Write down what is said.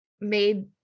made